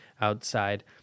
outside